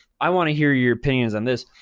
i wanna hear your opinions on this.